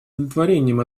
удовлетворением